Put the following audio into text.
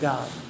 God